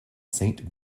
saint